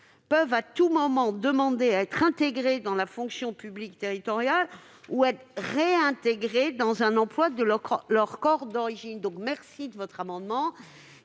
peuvent à tout moment demander à être intégrés dans la fonction publique territoriale ou à être réintégrés dans un emploi de leur corps d'origine. Merci, monsieur